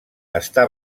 està